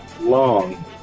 long